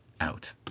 out